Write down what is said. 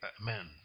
Amen